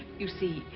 you see,